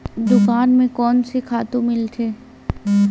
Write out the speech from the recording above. दुकान म कोन से खातु मिलथे?